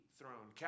throne